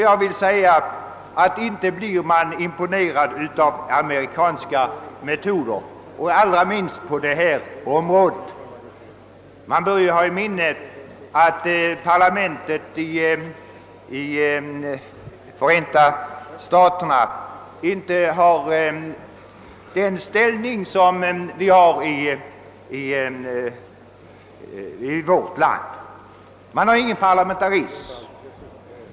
Jag vill säga att man inte blev imponerad av amerikanska metoder, allra minst på detta område. Man bör ha i minnet att parlamentet i Förenta staterna inte har den ställning som riksdagen har i vårt land. Man har där ingen parlamentarism.